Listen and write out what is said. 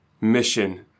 mission